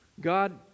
God